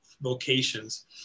vocations